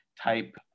type